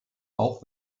auch